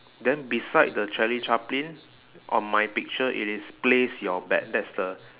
then beside the charlie chaplin on my picture it is place your bet that's the